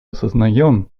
осознаем